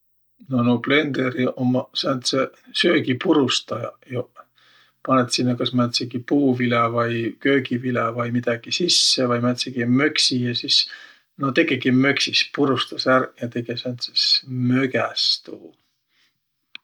No nuuq blenderiq ummaq sääntseq söögipurustajaq joq. Panõt sinnäq määntsegi puuvilä vai köögivilä vai midägi sisse, vai määntsegi möksi ja sis, no tegegi möksis ja purustas ärq ja tege sääntses mögäs.